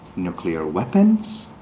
nuclear weapons?